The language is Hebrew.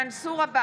מנסור עבאס,